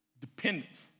dependence